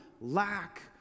lack